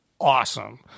awesome